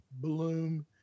bloom